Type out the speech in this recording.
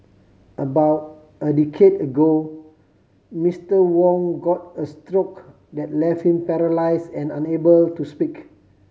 about a decade ago Mister Wong got a stroke that left him paralyse and unable to speak